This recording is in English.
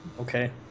Okay